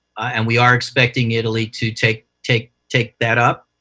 and we are expecting italy to take take take that up